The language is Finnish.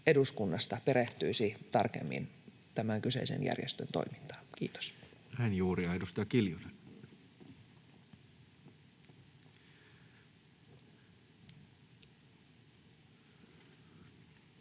eduskunnasta perehtyisi tarkemmin tämän kyseisen järjestön toimintaan. — Kiitos.